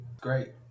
Great